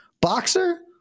Boxer